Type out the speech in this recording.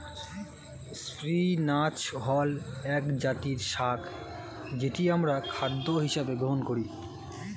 spinach হল একজাতীয় শাক যেটি আমরা খাদ্য হিসেবে গ্রহণ করি